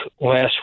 last